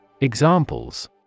Examples